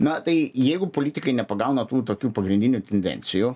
na tai jeigu politikai nepagauna tų tokių pagrindinių tendencijų